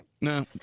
No